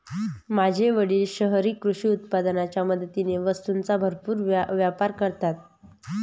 माझे वडील शहरी कृषी उत्पादनाच्या मदतीने वस्तूंचा भरपूर व्यापार करतात